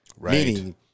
Meaning